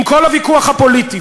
עם כל הוויכוח הפוליטי,